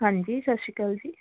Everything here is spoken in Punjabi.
ਹਾਂਜੀ ਸਤਿ ਸ਼੍ਰੀ ਅਕਾਲ ਜੀ